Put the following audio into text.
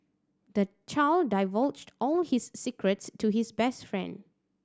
the child divulged all his secrets to his best friend